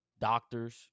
Doctors